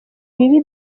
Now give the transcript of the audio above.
ibibi